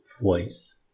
voice